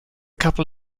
couple